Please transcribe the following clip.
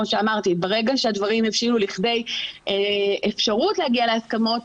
ברגע שהדברים הבשילו לכדי אפשרות להגיע להסכמות,